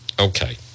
Okay